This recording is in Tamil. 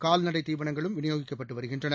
கால்நடைத் தீவனங்களும் விநியோகிக்கப்பட்டு வருகின்றன